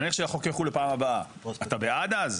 נניח שהחוק יחול לפעם הבאה, אתה בעד אז?